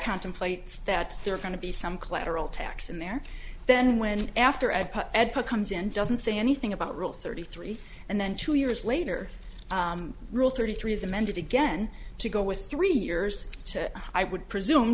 contemplates that there are going to be some collateral tax in there then when after ed ed comes in doesn't say anything about rule thirty three and then two years later rule thirty three is amended again to go with three years to i would presume